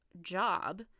job